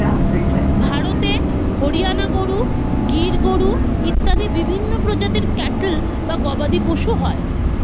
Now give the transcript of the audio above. ভারতে হরিয়ানা গরু, গির গরু ইত্যাদি বিভিন্ন প্রজাতির ক্যাটল বা গবাদিপশু হয়